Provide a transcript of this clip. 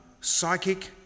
psychic